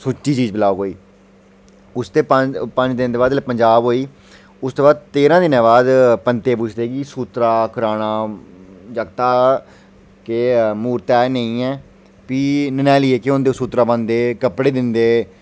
सुच्ची चीज पलाओ कोई उसदे पंज पंज दिन दे बाद जेल्लै पंजाब होई उसदे बाद तेरें दिनें बाद पंतै गी पुछदे कि सूत्तरा कराना ऐ जागतै दा केह् ऐ मूरत ऐ नेईं ऐ फ्ही नन्हैलिये केह् होंदे ओह् सूतरा पांदे ते कपड़े दिंदे